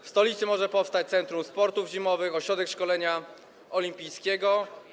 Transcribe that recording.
W stolicy może powstać centrum sportów zimowych, ośrodek szkolenia olimpijskiego.